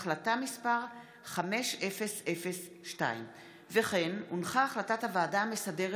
החלטה מס' 5002. החלטת הוועדה המסדרת